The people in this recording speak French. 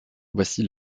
voici